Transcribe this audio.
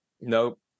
Nope